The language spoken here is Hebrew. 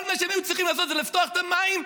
כל מה שהם היו צריכים לעשות זה לפתוח את המים,